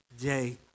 day